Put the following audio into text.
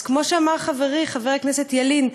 אז כמו שאמר חברי חבר הכנסת ילין,